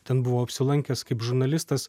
ten buvau apsilankęs kaip žurnalistas